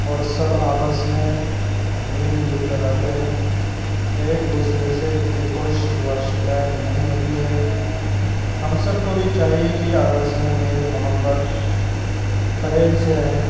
اور سب آپس میں مل جل کر رہتے ہیں ایک دوسرے سے کسی کو شکوہ شکایت نہیں ہوتی ہے ہم سب کو بھی چاہیے کہ آپس میں میل محبت پریم سے رہیں